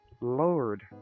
Lord